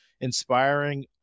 inspiring